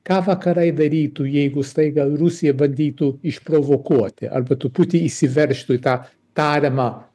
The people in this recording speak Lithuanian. ką vakarai darytų jeigu staiga rusija bandytų išprovokuoti arba truputi įsiveržtų į tą tariamą